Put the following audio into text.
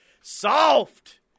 Soft